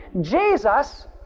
Jesus